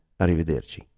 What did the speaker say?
arrivederci